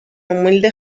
humilde